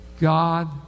God